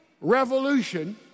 revolution